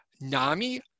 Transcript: NAMI